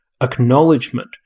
acknowledgement